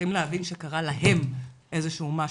מתחילים להבין שקרה להם איזשהו משהו.